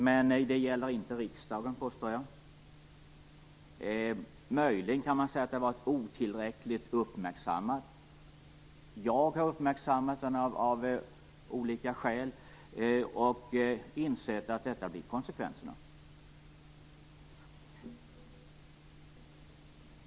Men det gäller inte riksdagen, påstår jag. Möjligen kan man säga att frågan har varit otillräckligt uppmärksammad. Jag har uppmärksammat den av olika skäl och insett att detta blir konsekvenserna.